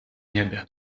niebie